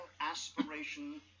aspiration